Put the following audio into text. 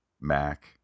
Mac